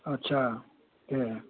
आथ्सा दे